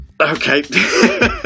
okay